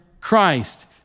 Christ